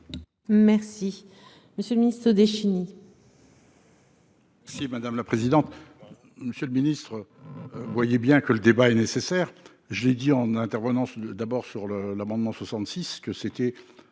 Merci, monsieur le Ministre défini.